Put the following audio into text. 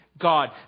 God